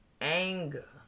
Anger